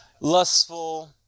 lustful